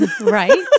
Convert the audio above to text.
right